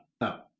No